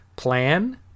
plan